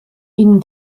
ihnen